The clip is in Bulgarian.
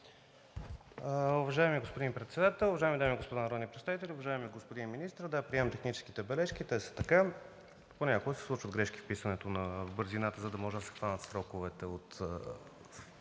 Уважаеми господин Председател, уважаеми дами и господа народни представители! Уважаеми господин Министър, приемам техническите бележки, те са такива. Понякога се случват грешки в писането в бързината, за да може да се хванат сроковете от